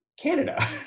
canada